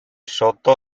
sotto